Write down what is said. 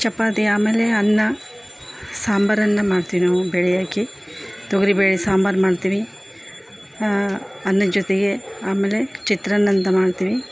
ಚಪಾತಿ ಆಮೇಲೆ ಅನ್ನ ಸಾಂಬರನ್ನ ಮಾಡ್ತೀವಿ ನಾವು ಬೇಳೆ ಹಾಕಿ ತೊಗರಿ ಬೇಳೆ ಸಾಂಬಾರು ಮಾಡ್ತೀವಿ ಅನ್ನದ ಜೊತೆಗೆ ಆಮೇಲೆ ಚಿತ್ರಾನ್ನ ಅಂತ ಮಾಡ್ತೀವಿ